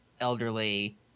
elderly